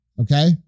Okay